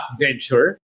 venture